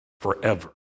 forever